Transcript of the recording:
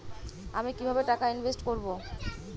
আমি কিভাবে টাকা ইনভেস্ট করব?